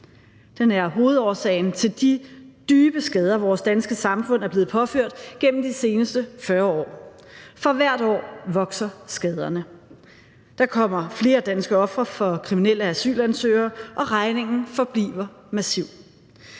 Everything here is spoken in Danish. Den er hovedårsagen til de dybe skader, vores danske samfund er blevet påført gennem de seneste 40 år. For hvert år vokser skaderne. Der kommer flere danske ofre for kriminelle asylansøgere, og regningen forbliver massiv.